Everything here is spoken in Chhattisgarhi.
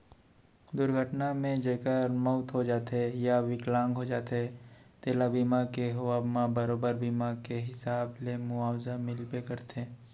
दुरघटना म जेकर मउत हो जाथे या बिकलांग हो जाथें तेला बीमा के होवब म बरोबर बीमा के हिसाब ले मुवाजा मिलबे करथे